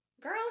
Girl